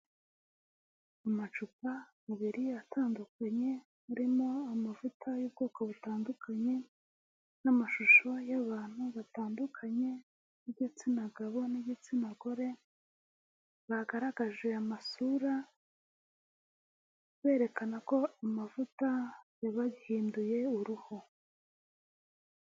Amacupa abiri atandukanye arimo, amavuta y'ubwoko butandukanye, n'amashusho y'abantu batandukanye b'igitsina gabo n'igitsina gore, bagaragaje amasura berekana ko amavuta yabahinduye uruhu.